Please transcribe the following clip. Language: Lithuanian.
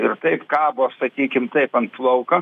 ir taip kabo sakykim taip ant plauko